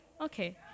okay